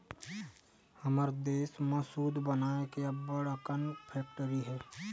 हमर देस म सूत बनाए के अब्बड़ अकन फेकटरी हे